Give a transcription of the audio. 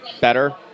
better